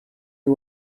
you